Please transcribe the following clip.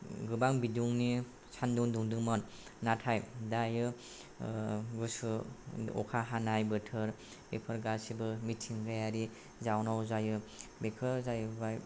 गोबां बिदुंनि सानदुं दुंदोंमोन नाथाय दायो गुसु अखा हानाय बोथोर बेफोर गासिबो मिथिंगायारि जाउनाव जायो बेफोर जाहैबाय